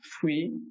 free